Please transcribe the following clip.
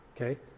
Okay